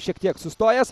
šiek tiek sustojęs